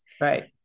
Right